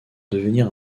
devenir